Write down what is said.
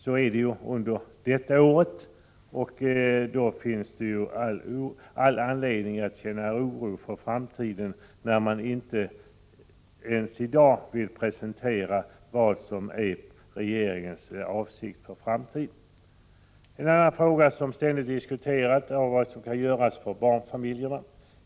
Så är det ju under detta år, och det finns naturligtvis all anledning att känna oro för framtiden när regeringen inte ens i dag vill presentera sina avsikter. En annan fråga som ständigt diskuteras är vad som kan göras för barnfamiljerna.